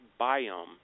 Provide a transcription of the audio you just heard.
biome